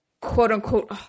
quote-unquote